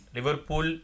Liverpool